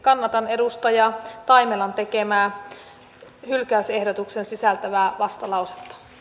kannatan edustaja taimelan tekemää hylkäysehdotuksen sisältävää vastalauset